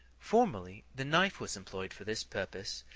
formerly the knife was employed for this purpose,